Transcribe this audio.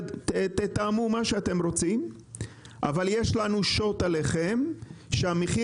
תתאמו מה שאתם רוצים אבל יש לנו שוט עליכם שהמחיר